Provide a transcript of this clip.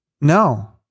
No